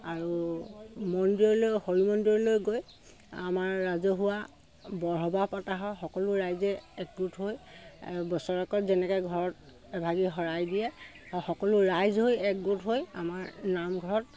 আৰু মন্দিৰলৈ হৰি মন্দিৰলৈ গৈ আমাৰ ৰাজহুৱা বৰসবাহ পতা হয় সকলো ৰাইজে একগোট হৈ বছৰেকত যেনেকৈ ঘৰত এভাগি শৰাই দিয়ে সকলো ৰাইজ হৈ একগোট হৈ আমাৰ নামঘৰত